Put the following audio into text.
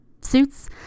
suits